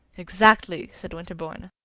exactly! said winterbourne.